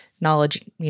knowledge